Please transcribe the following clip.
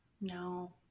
No